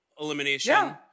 elimination